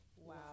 Wow